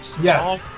Yes